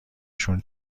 شون